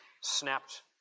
Snapped